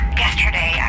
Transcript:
yesterday